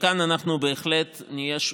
וכאן אנחנו בהחלט נהיה,